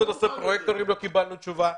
שבנושא פרויקטורים לא קיבלנו תשובה,